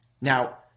Now